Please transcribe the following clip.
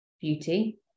beauty